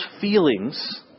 feelings